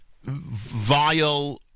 vile